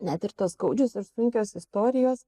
net ir tos skaudžios ir sunkios istorijos